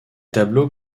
tableaux